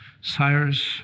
Cyrus